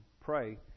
pray